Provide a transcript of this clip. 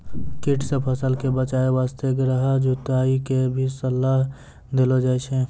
कीट सॅ फसल कॅ बचाय वास्तॅ गहरा जुताई के भी सलाह देलो जाय छै